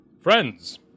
friends